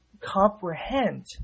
comprehend